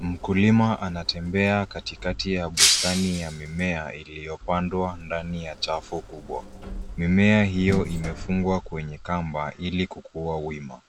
Mkulima anatembea katikati ya bustani ya mimea iliyopandwa ndani ya chafu kubwa. Mimea hiyo imefungwa kwenye kamba ili kukuwa wima.